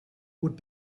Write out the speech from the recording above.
would